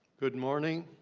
good morning